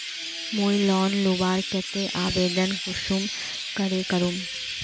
मुई लोन लुबार केते आवेदन कुंसम करे करूम?